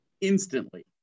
instantly